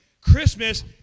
Christmas